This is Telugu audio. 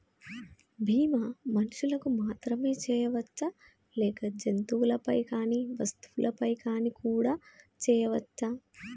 బీమా మనుషులకు మాత్రమే చెయ్యవచ్చా లేక జంతువులపై కానీ వస్తువులపై కూడా చేయ వచ్చా?